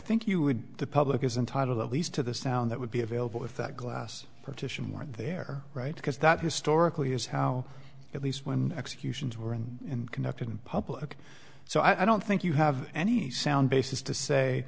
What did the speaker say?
think you would the public is entitled at least to the sound that would be available if that glass partition were their right because that historically is how at least when executions were in conducted in public so i don't think you have any sound basis to say